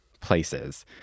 places